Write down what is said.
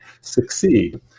succeed